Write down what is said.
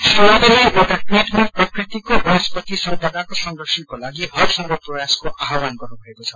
श्री मोदीले टवीटमा प्रकृतिको वनस्पती सम्पदाको संरक्षणको तागि इरसंभव प्रयासको आवहावन गर्नुभएको छ